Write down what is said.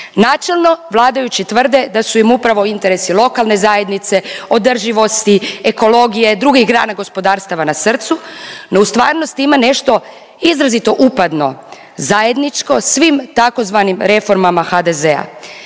Načelno vladajući tvrde da su im upravo interesi lokalne zajednice, održivosti, ekologije, drugih grana gospodarstava na srcu, no u stvarnosti ima nešto izrazito upadno zajedničko svim tzv. reformama HDZ-a.